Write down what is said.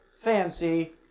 fancy